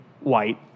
white